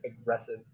aggressive